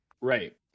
Right